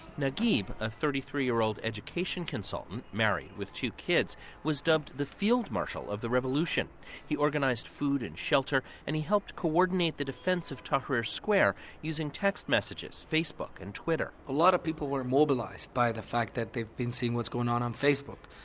naguib a thirty three year old education consultant, married, with two kids was dubbed the field marshal of the revolution he organized food and shelter, and he helped coordinate the defense of tahrir square using text messages, facebook and twitter a lot of people were mobilized by the fact that they've been seeing what's going on on facebook.